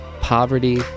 poverty